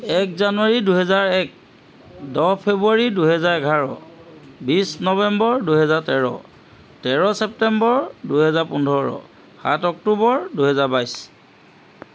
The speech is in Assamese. এক জানুৱাৰী দুহেজাৰ এক দহ ফেবুৱাৰী দুহেজাৰ এঘাৰ বিছ নবেম্বৰ দুহেজাৰ তেৰ তেৰ চেপ্তেম্বৰ দুহেজাৰ পোন্ধৰ সাত অক্টোবৰ দুহেজাৰ বাইছ